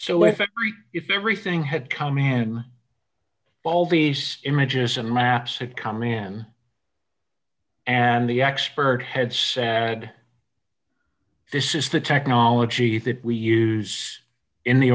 so if it if everything had come in all these images and maps would come in and the expert heads and this is the technology that we use in the